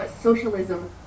socialism